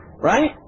Right